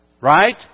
Right